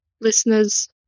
Listeners